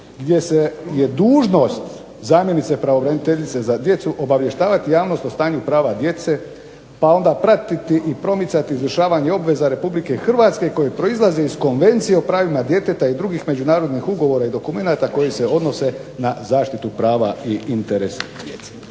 gdje je dužnost zamjenice pravobraniteljice za djecu obavještavati javnost o stanju prava djece, pa onda pratiti i promicati u izvršavanju obveza Republike Hrvatske koji proizlaze iz konvencije o pravima djeteta i drugih međunarodnih ugovora i dokumenata koji se odnose na zaštitu prava i interes djece.